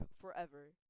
forever